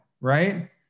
right